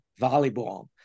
volleyball